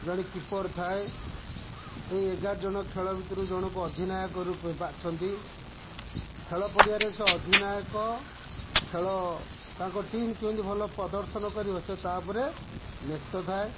ଜଣେ କିପର୍ ଥାଏ ଏଇ ଏଗାର ଜଣ ଖେଳ ଭିତରୁ ଜଣକୁ ଅଧିନାୟକ ରୂପେ ବାଛନ୍ତି ଖେଳ ପଡ଼ିଆରେ ସେ ଅଧିନାୟକ ଖେଳ ତାଙ୍କ ଟିମ୍ କେମିତି ଭଲ ପ୍ରଦର୍ଶନ କରିବ ସେ ତା ଉପରେ ନ୍ୟସ୍ତ ଥାଏ